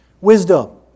Wisdom